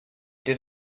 did